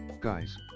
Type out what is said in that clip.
guys